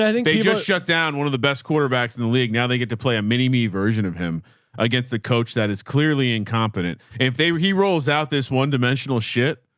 i mean they just shut down one of the best quarterbacks in the league. now they get to play a mini me version of him against the coach. that is clearly incompetent. if he rolls out this one, dimensional shit,